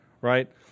right